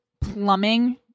Plumbing